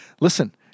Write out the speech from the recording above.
listen